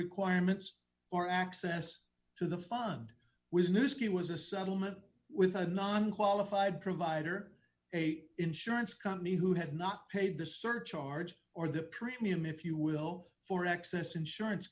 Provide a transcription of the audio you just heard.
requirements for access to the fund was new scheme was a settlement with a non qualified provider a insurance company who have not paid the surcharge or the premium if you will for excess insurance